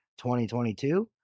2022